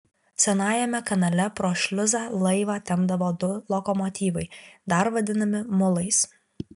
senajame kanale pro šliuzą laivą tempdavo du lokomotyvai dar vadinami mulais